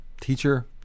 teacher